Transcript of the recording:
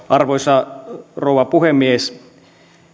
arvoisa rouva puhemies ei